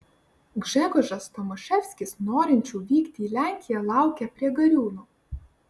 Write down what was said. gžegožas tomaševskis norinčių vykti į lenkiją laukė prie gariūnų